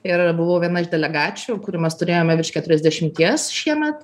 ir buvau viena iš delegačių kurių mes turėjome virš keturiasdešimties šiemet